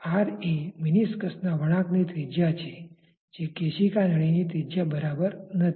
r એ મેનિસ્કસના વળાંકની ત્રિજ્યા છે જે કેશિકા નળી ની ત્રિજ્યા બરાબર નથી